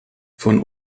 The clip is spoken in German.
von